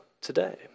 today